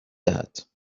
دهد